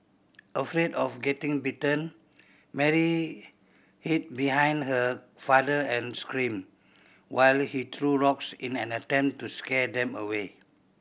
afraid of getting bitten Mary hid behind her father and screamed while he threw rocks in an attempt to scare them away